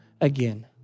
again